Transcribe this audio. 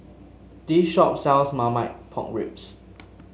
this shop sells Marmite Pork Ribs